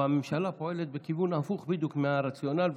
אבל הממשלה פועלת בכיוון הפוך בדיוק מהרציונל,